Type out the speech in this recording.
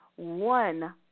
one